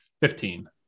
Fifteen